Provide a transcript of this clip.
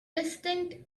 distinct